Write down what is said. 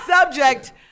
Subject